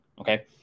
Okay